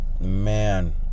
Man